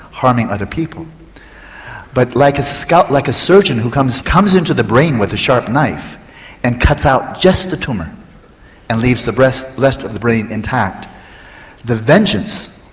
harming other people but like ah like a surgeon who comes comes into the brain with a sharp knife and cuts out just the tumour and leaves the rest rest of the brain intact the vengeance,